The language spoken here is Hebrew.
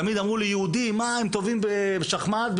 תמיד אמרו לי שיהודים טובים בשחמט.